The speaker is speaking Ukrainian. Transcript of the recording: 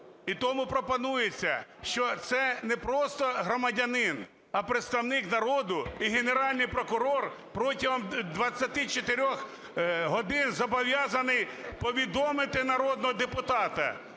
І тому пропонується, що це не просто громадянин, а представник народу. І Генеральний прокурор протягом 24 годин зобов'язаний повідомити народного депутата,